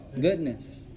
goodness